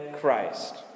Christ